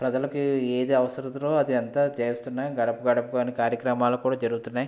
ప్రజలకు ఏది అవసరమో అది అంతా చేస్తున్న గడపగడప అని కార్యక్రమాలు కూడా జరుగుతున్నాయి